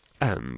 and